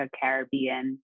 Caribbean